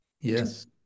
Yes